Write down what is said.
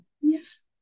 Yes